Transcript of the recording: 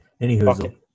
Anywho